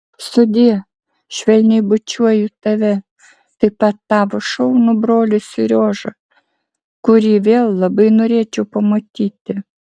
sudie švelniai bučiuoju tave taip pat tavo šaunų brolį seriožą kurį vėl labai norėčiau pamatyti